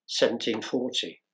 1740